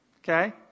Okay